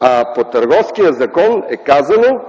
а по Търговския закон е казано,